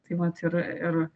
tai vat ir ir